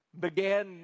began